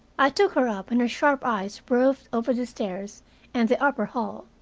i took her up, and her sharp eyes roved over the stairs and the upper hall.